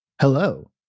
Hello